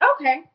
okay